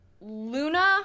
Luna